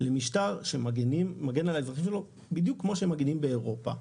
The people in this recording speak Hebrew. למשטר שמגן על הציבור בדיוק כמו שמגנים באירופה.